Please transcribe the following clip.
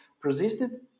persisted